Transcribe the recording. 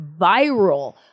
viral